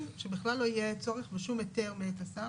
שבכלל לא יהיה צורך בשום היתר מאת השר,